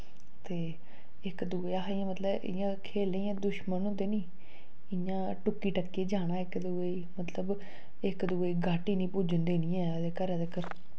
ते इक दुए अस इयां मतलव इयां खेलने जियां दुश्मन होंदे नी इयां टुक्की टक्की जाना इक दुए मतलव इक दुए गाह्टी नी पुज्जन देनी ऐ घरै तक्कर